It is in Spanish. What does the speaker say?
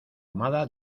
amada